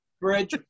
bridge